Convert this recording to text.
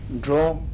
draw